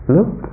Look